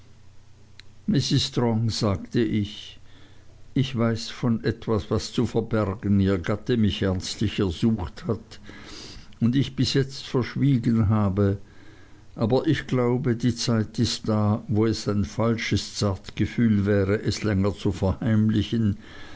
mrs strong sagte ich ich weiß von etwas was zu verbergen ihr gatte mich ernstlich ersucht hat und ich bis jetzt verschwiegen habe aber ich glaube die zeit ist da wo es ein falsches zartgefühl wäre es länger zu verheimlichen